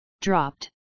dropped